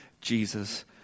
Jesus